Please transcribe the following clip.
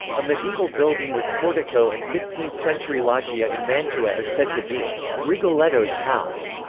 a medieval building with portico and fifteenth century loggia in mantua is said to be rigoletto's house.